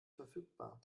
verfügbar